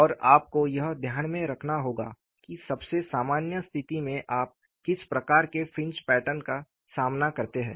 और आपको यह ध्यान में रखना होगा कि सबसे सामान्य स्थिति में आप किस प्रकार के फ्रिंज पैटर्न का सामना करते हैं